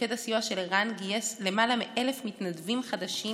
מוקד הסיוע של ער"ן גייס לאחרונה למעלה מ-1,000 מתנדבים חדשים